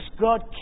God